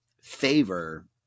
favor